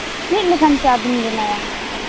ᱪᱮᱫ ᱞᱮᱠᱟᱱ ᱪᱟ ᱵᱤᱱ ᱵᱮᱱᱟᱭᱟ